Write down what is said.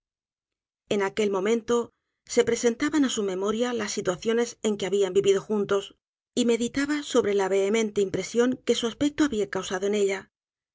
en aquel momento se presentaban á su memoria las situaciones en que habian vivido juntos y meditaba sobre la vehemente impresión que su aspecto habia causado en ella